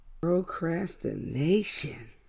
Procrastination